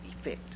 effect